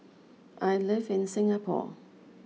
I live in Singapore